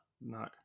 No